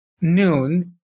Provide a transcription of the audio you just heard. noon